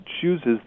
chooses